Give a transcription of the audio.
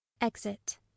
exit